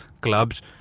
clubs